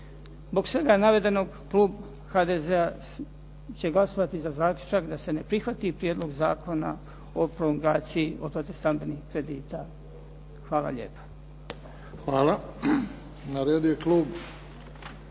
Zbog svega navedenog Klub HDZ-a će glasovati za zaključak da se ne prihvati Prijedlog zakona o prolongaciji otplate stambenih kredita. Hvala lijepa. **Bebić, Luka